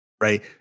right